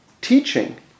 teaching